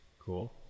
Cool